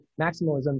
maximalism